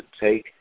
take